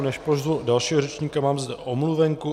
Než pozvu dalšího řečníka, mám zde omluvenku.